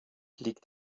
liegt